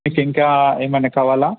మీకు ఇంకా ఏమన్న కావాల